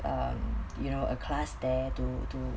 um you know a class there to do